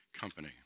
company